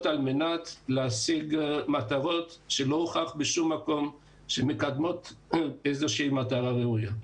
על מנת להשיג מטרות שלא הוכח בשום מקום שמקדמות איזושהי מטרה ראויה.